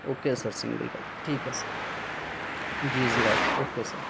okay sir single copy ٹھیک ہے sir ji xerox okay سر